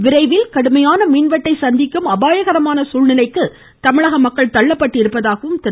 விரைவில் கடுமையான மின்வெட்டை சந்திக்கும் அபாயகரமான சூழ்நிலைக்கு தமிழக மக்கள் தள்ளப்பட்டிருப்பதாகவும் திரு